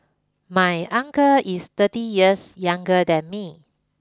my uncle is thirty years younger than me